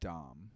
Dom